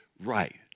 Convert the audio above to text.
right